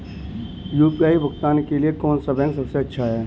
UPI भुगतान के लिए कौन सा बैंक सबसे अच्छा है?